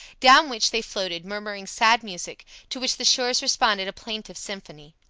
down which they floated, murmuring sad music, to which the shores responded a plaintive symphony.